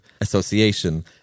association